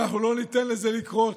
ואנחנו לא ניתן לזה לקרות.